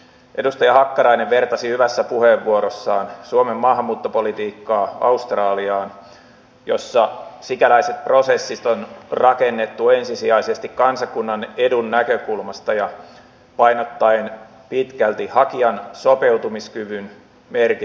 edustaja hakkarainen vertasi hyvässä puheenvuorossaan suomen maahanmuuttopolitiikkaa australiaan jossa sikäläiset prosessit on rakennettu ensisijaisesti kansakunnan edun näkökulmasta ja painottaen pitkälti hakijan sopeutumiskyvyn merkitystä